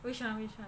which one which one